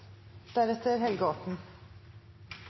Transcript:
deretter,